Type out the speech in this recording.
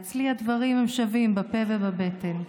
אצלי הדברים הם שווים בפה ובבטן.